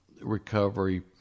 recovery